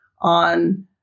on